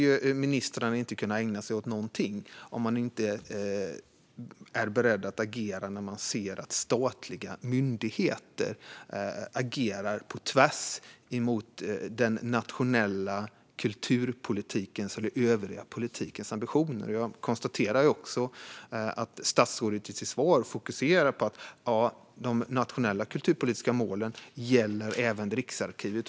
Om ministrar inte är beredda att agera när de ser att statliga myndigheter agerar på tvärs mot den nationella kulturpolitikens eller den övriga politikens ambitioner skulle de inte kunna ägna sig åt någonting. Jag konstaterar också att statsrådet i sitt svar fokuserar på att de nationella kulturpolitiska målen gäller även Riksarkivet.